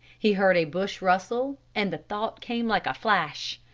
he heard a bush rustle and the thought came like a flash,